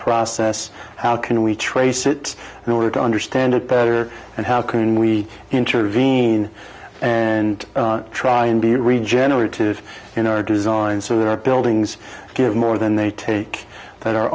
process how can we trace it in order to understand it better and how can we intervene and try and be regenerative in our design so that our buildings give more than they take that